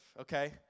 okay